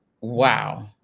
wow